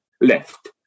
left